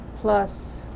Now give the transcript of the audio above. plus